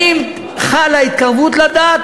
אם חלה התקרבות לדת,